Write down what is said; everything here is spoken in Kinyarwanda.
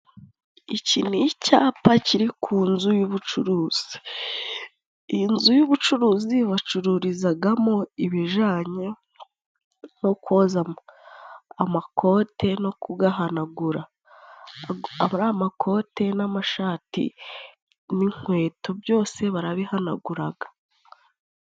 Iki ni icyapa kiri ku nzu y'ubucuruzi. Iyi nzu y'ubucuruzi bacururizagamo ibijanye no koza amakote no kugahanagura. Ari amakote n'amashati n'inkweto byose barabihanaguraga.